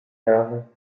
jahre